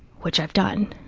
which i've done.